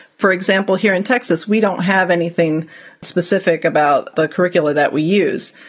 for example, here in texas, we don't have anything specific about the curricula that we use.